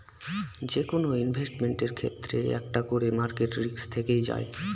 যেকোনো ইনভেস্টমেন্টের ক্ষেত্রে একটা করে মার্কেট রিস্ক থেকে যায়